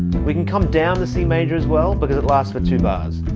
we can come down the c major as well because it lasts for two bars.